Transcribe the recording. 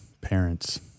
parents